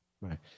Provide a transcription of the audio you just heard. Right